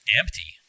empty